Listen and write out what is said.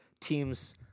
teams